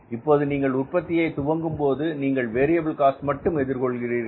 இப்போது நீங்கள் உற்பத்தியை துவங்கும்போது நீங்கள் வேரியபில் காஸ்ட் மட்டும் எதிர்கொள்கிறீர்கள்